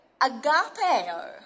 agapeo